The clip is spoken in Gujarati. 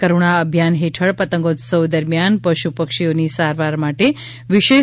કરૂણા અભિયાન હેઠળ પંતગોત્સવ દરમિયાન પશુ પક્ષીઓની સારવાર માટે વિશેષ